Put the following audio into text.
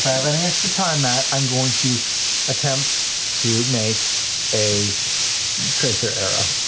have any extra time, matt, i'm going to attempt to make a tracer arrow.